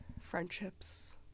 friendships